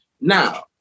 Now